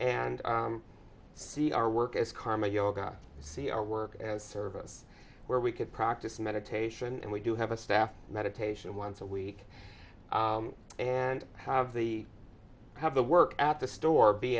and see our work as karma yoga see our work as service where we could practice meditation and we do have a staff meditation once a week and have the have the work at the store be